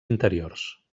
interiors